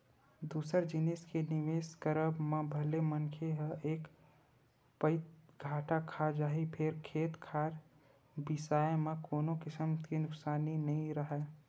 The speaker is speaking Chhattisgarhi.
दूसर जिनिस के निवेस करब म भले मनखे ह एक पइत घाटा खा जाही फेर खेत खार बिसाए म कोनो किसम के नुकसानी नइ राहय